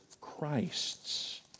Christ's